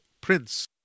prince